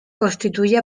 constituye